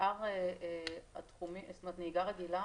נהיגה רגילה